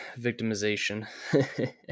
victimization